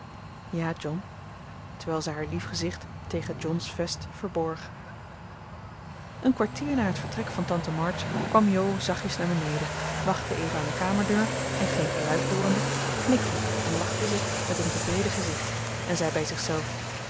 terwijl zij haar lief gezicht tegen john's vest verborg een kwartier na het vertrek van tante march kwam jo zachtjes naar beneden wachtte even aan de kamerdeur en geen geluid hoorende knikte en lachte ze met een tevreden gezicht en zei bij zichzelf